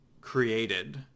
created